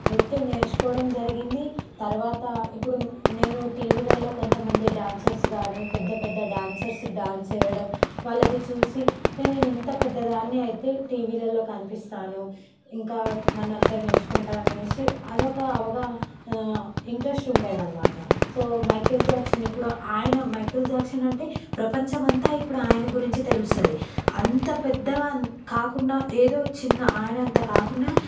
నృత్యం నేర్చుకోవడం జరిగింది తర్వాత ఇప్పుడు నేను టీవీలలో కొంతమంది డాన్సర్స్ గానే పెద్ద పెద్ద డాన్సర్స్ డాన్స్ చేయడం వాళ్లది చూసి నేను ఇంత పెద్దదాన్ని అయితే టీవీలలో కనిపిస్తాను ఇంకా నన్ను అందరు మెచ్చుకుంటారు అనేసి అదొక అవగ ఇంట్రెస్ట్ ఉండేదనమాట సో మైకల్ జాక్సన్ ఇప్పుడు ఆయన మైకల్ జాక్సన్ అంటే ప్రపంచమంతా ఇప్పుడు ఆయన గురించి తెలుస్తాది అంత పెద్ద కాకుండా ఏదో చిన్న ఆయన అంత కాకుండా